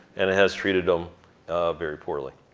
and it has treated em very poorly.